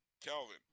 Kelvin